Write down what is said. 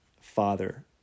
father